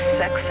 sex